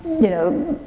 you know,